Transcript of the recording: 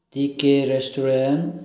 T K restaurant